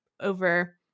over